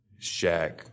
Shaq